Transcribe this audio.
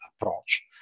approach